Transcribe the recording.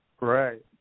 Right